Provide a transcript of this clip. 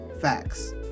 Facts